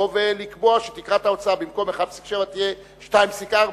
ולקבוע שתקרת ההוצאה במקום 1.7% תהיה 2.4%,